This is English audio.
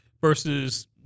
versus